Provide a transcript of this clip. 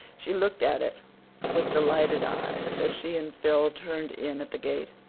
she looked at it with delighted eyes, as she and phil turned in at the gate.